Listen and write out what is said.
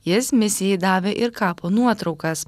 jis misijai davė ir kapo nuotraukas